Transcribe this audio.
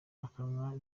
akanwa